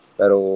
pero